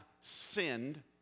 sinned